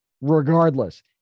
regardless